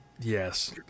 yes